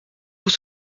vous